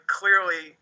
clearly